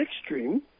extreme